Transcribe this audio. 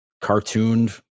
cartooned